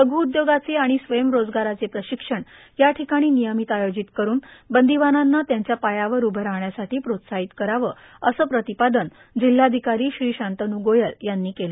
लघ् उदयोगाचे र्आण स्वयंरोजगाराचे प्राशक्षण या ठिकाणी निर्यामत आयोजित करुन बंदोवानांना त्यांच्या पायावर उभं राहाण्यासाठी प्रोत्साहित करावं असं प्रांतपादन जिल्हाधिकारी श्री शांतनू गोयल यांनी केलं